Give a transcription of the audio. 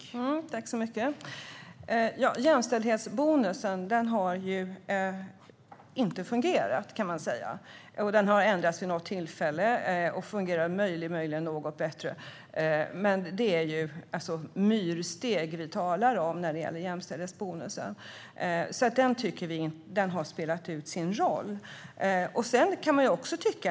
Herr talman! Jämställdhetsbonusen har inte fungerat. Den har ändrats vid något tillfälle och fungerar möjligen något bättre. Men det är myrsteg vi talar om när det gäller jämställdhetsbonusen. Den har spelat ut sin roll.